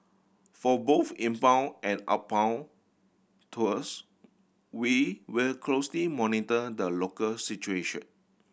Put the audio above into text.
for both inbound and outbound tours we will closely monitor the local situation